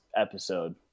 episode